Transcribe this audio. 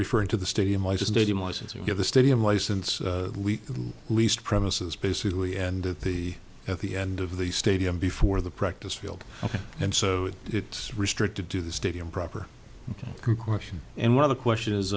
referring to the stadium i just didn't license or give the stadium license we leased premises basically and the at the end of the stadium before the practice field and so it's restricted to the stadium proper question and one of the question is